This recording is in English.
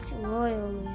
royally